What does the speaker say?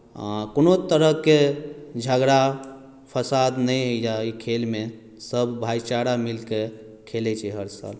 आ कोनो तरहके झगड़ा फसाद नहि होइए एहि खेलमे सभ भाइचारा मिलिके खेलैत छी हर साल